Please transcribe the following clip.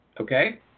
okay